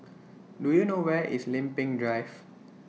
Do YOU know Where IS Lempeng Drive